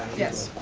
yes.